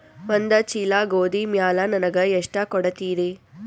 ಒಂದ ಚೀಲ ಗೋಧಿ ಮ್ಯಾಲ ನನಗ ಎಷ್ಟ ಕೊಡತೀರಿ?